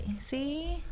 See